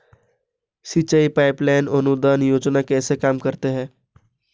सिंचाई pipeline अनुदान योजना कैसे काम करती है?